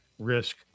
Risk